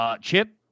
Chip